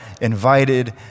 invited